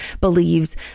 believes